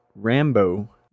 Rambo